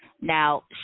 Now